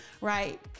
right